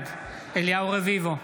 בעד אליהו רביבו,